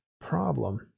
problem